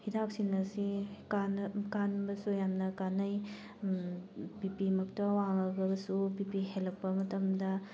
ꯍꯤꯗꯥꯛꯁꯤꯡ ꯑꯁꯤ ꯀꯥꯟꯅ ꯀꯥꯟꯕꯁꯨ ꯌꯥꯝꯅ ꯀꯥꯟꯅꯩ ꯕꯤꯄꯤꯃꯛꯇ ꯋꯥꯡꯉꯒꯁꯨ ꯕꯤꯄꯤ ꯍꯦꯜꯂꯛꯄ ꯃꯇꯝꯗ